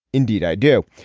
indeed i do.